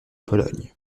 pologne